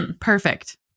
perfect